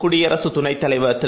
குடியரசுதுணைதலைவர்திரு